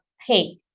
hey